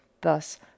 Thus